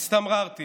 הצטמררתי